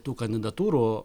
tų kandidatūrų